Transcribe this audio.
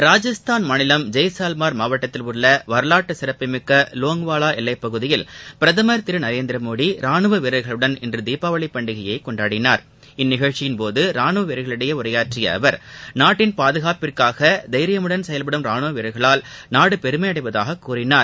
ராஜஸ்தான் மாநிலம் ஜெய்சால்மர் மாவட்டத்தில் உள்ள வரவாற்றுச் சிறப்புமிக்க லோங்வாவா எல்லைப் பகுதியில் பிரதமர் திரு நரேந்திர மோடி ரானுவ வீரர்களுடன் இன்று தீபாவளி பண்டிகையை கொண்டாடனார் இந்நிகழ்ச்சியின்போது ராணுவ வீரர்களிடையே உரையாற்றிய அவர் நாட்டின் பாதுகாப்பிற்காக தைரியமுடன் செயல்படும் ராணுவ வீரர்களால் நாடு பெருமை அடைவதாக கூறினார்